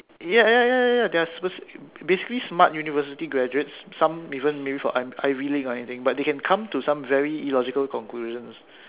ya ya ya ya ya there are basically smart university graduates some even maybe from Ivy League or anything but they can come to some very illogical conclusions